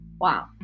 Wow